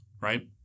right